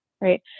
right